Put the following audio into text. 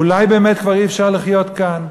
אולי באמת כבר אי-אפשר לחיות כאן?